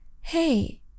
hey